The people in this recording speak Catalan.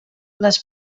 les